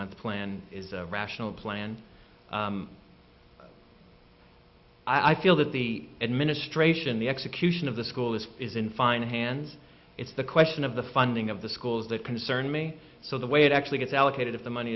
months plan is a rational plan i feel that the administration the execution of the school is fears in fine hands it's the question of the funding of the schools that concern me so the way it actually gets allocated of the money